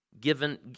given